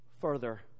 further